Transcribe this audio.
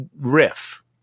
riff